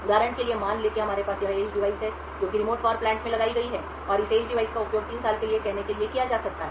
उदाहरण के लिए मान लें कि हमारे पास यह एज डिवाइस है जो कि रिमोट पावर प्लांट में लगाई गई है और इस एज डिवाइस का उपयोग 3 साल के लिए कहने के लिए किया जा सकता है